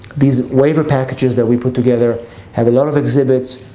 these waiver packages that we put together have a lot of exhibits.